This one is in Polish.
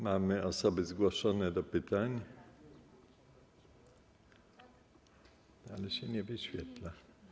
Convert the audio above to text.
Mamy osoby zgłoszone do pytań, ale się nie wyświetla.